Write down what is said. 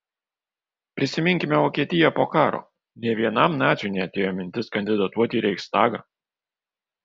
prisiminkime vokietiją po karo nė vienam naciui neatėjo mintis kandidatuoti į reichstagą